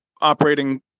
operating